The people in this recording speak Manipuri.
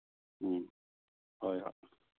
ꯎꯝ ꯍꯣꯏ ꯍꯣꯏ